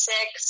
Six